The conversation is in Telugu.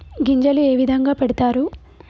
గింజలు ఏ విధంగా పెడతారు?